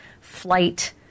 flight